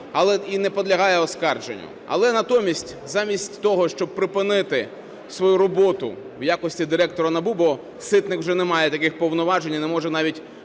і не підлягає оскарженню. Але натомість замість того, щоб припинити свою роботу в якості Директора НАБУ, бо Ситник вже немає таких повноважень і не може навіть